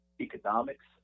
economics